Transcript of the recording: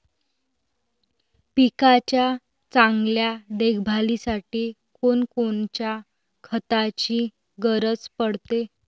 पिकाच्या चांगल्या देखभालीसाठी कोनकोनच्या खताची गरज पडते?